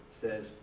says